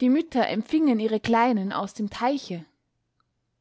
die mütter empfingen ihre kleinen aus dem teiche